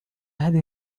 هذه